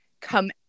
come